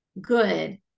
good